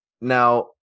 now